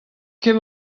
ket